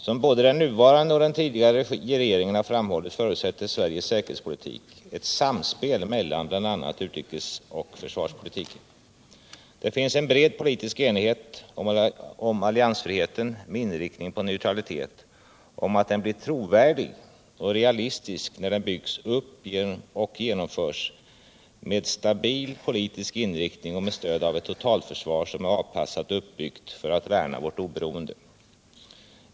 Som både den nuvarande och den tidigare regeringen har framhållit förutsätter Sveriges säkerhetspolitik ett samspel mellan bl.a. utrikes och försvarspolitiken. Det finns en bred potitisk enighet om alliansfriheten, med inriktning på neutralitet, och om att den blir trovärdig och realistisk när den byggs upp och genomförs med stabil politisk inriktning och med stöd av ett totalförsvar som är avpassat och uppbyggt för att värna vårt oberoende.